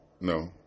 no